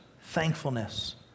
thankfulness